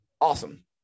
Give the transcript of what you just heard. awesome